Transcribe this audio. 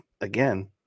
again